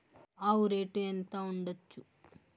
ఆవు రేటు ఎంత ఉండచ్చు?